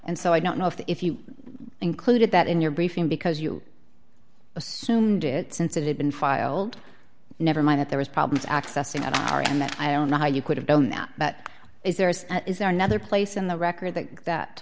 and so i don't know if you included that in your briefing because you assumed it since it had been filed never mind that there was problems accessing that are in that i don't know how you could have done that but is there is there another place in the record that that